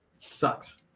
sucks